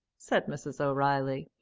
said mrs. o'reilly.